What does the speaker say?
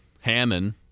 Hammond